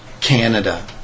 Canada